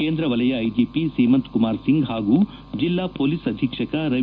ಕೇಂದ್ರ ವಲಯ ಐಜಿಪಿ ಸೀಮಂತ್ ಕುಮಾರ್ ಸಿಂಗ್ ಹಾಗೂ ಜಿಲ್ಲಾ ಹೊಲೀಸ್ ಅಧೀಕ್ಷಕ ರವಿ